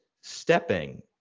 stepping